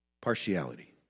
Partiality